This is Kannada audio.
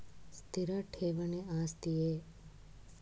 ಸ್ಥಿರ ಠೇವಣಿ ಆಸ್ತಿಯೇ?